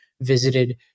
visited